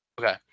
Okay